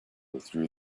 withdrew